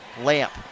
Lamp